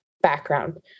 background